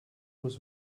was